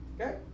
Okay